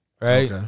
Right